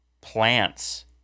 plants